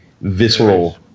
visceral